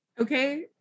Okay